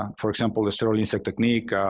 um for example, the sterilizing like technique,